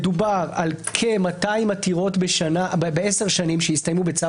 מדובר על כ-200 עתירות בעשר שנים, שהסתיימו בצו